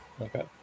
Okay